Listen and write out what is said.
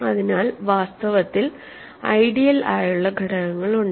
അതിനാൽ വാസ്തവത്തിൽഐഡിയൽ ആയുള്ള ഘടകങ്ങളുണ്ട്